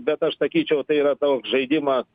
bet aš sakyčiau tai yra toks žaidimas